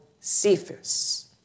Cephas